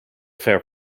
fair